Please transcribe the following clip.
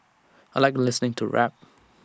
I Like listening to rap